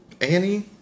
annie